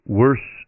worse